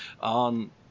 on